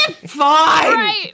fine